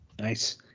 Nice